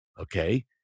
Okay